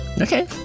Okay